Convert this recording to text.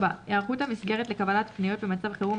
היערכות המסגרת לקבלת פניות במצב חירום